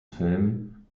film